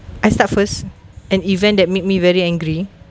I start first an event that made me very angry